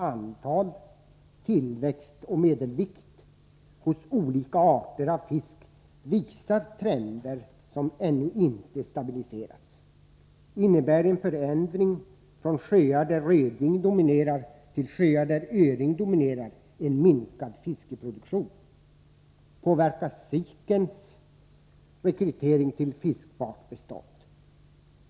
antal, tillväxt och medelvikt hos olika arter av fisk visar trender som ännu inte stabiliserats. Innebär en förändring från sjöar där röding dominerar till sjöar där öring dominerar en minskad fiskproduktion?